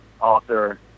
author